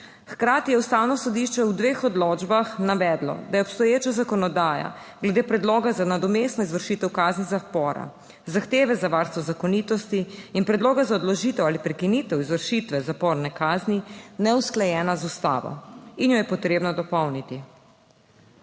Hkrati je Ustavno sodišče v dveh odločbah navedlo, da je obstoječa zakonodaja glede predloga za nadomestno izvršitev kazni zapora, zahteve za varstvo zakonitosti in predloga za odložitev ali prekinitev izvršitve zaporne kazni neusklajena z Ustavo in jo je potrebno dopolniti.